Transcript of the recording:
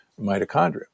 mitochondria